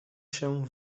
się